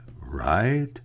right